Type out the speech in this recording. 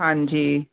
ਹਾਂਜੀ